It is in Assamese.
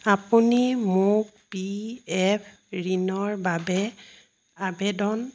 আপুনি মোক পিএফ ঋণৰ বাবে আবেদন